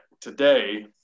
today